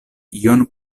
ion